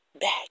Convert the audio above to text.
back